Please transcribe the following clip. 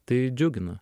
tai džiugina